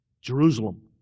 Jerusalem